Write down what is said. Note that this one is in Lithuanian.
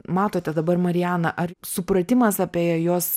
matote dabar marianą ar supratimas apie jos